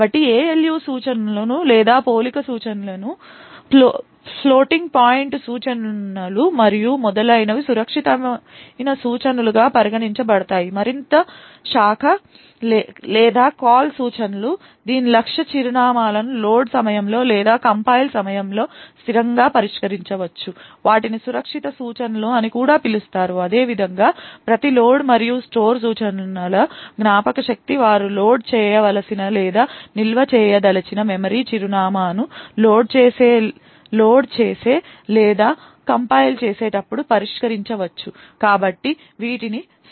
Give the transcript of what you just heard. కాబట్టి ALU సూచనలు లేదా పోలిక సూచనలు ఫ్లోటింగ్ పాయింట్ సూచనలు మరియు మొదలైనవి సురక్షితమైన సూచనలుగా పరిగణించబడతాయి మరింత శాఖ లేదా కాల్ సూచనలు దీని లక్ష్య చిరునామాలను లోడ్ సమయంలో లేదా కంపైల్ సమయంలో స్థిరంగా పరిష్కరించవచ్చు వాటిని సురక్షిత సూచనలు అని కూడా పిలుస్తారు అదేవిధంగా ప్రతి లోడ్ మరియు స్టోర్ సూచనల జ్ఞాపకశక్తి వారు లోడ్ చేయవలసిన లేదా నిల్వ చేయదలిచిన మెమరీ చిరునామాను లోడ్ చేసే లేదా కంపైల్ చేసేటప్పుడు పరిష్కరించవచ్చు కాబట్టి వీటిని సురక్షిత సూచనలు అని కూడా పిలుస్తారు